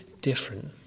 different